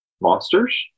monsters